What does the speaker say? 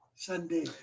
Sunday